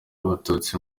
abatutsi